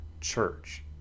church